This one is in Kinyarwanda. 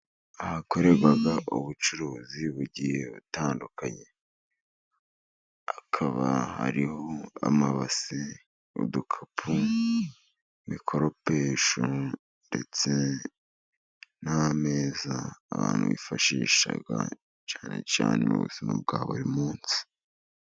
Ahakorerwa ubucuruzi bugiye butandukanye, hakaba hariho amabase, udukapu, imikoropesho, ndetse n'ameza, abantu bifashisha cyane cyane mu buzima bwa buri munsi.